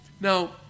Now